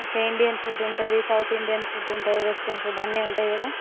okay Indian food ఉంటుంది south Indian food ఉంటాయి western food అన్నీ ఉంటాయి కదా